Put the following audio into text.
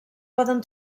poden